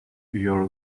your